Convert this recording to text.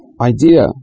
idea